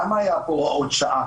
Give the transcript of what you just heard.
למה היו פה הוראות שעה,